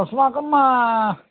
अस्माकम्